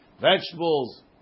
Vegetables